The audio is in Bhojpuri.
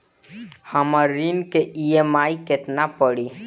हमर ऋण के ई.एम.आई केतना पड़ी?